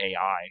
AI